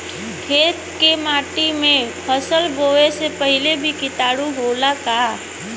खेत के माटी मे फसल बोवे से पहिले भी किटाणु होला का?